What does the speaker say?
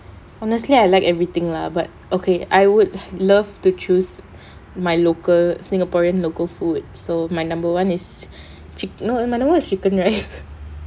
honestly I like everything lah but okay I would love to choose my local singaporean local food so my number one is chick~ no my number one is chicken rice